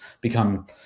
become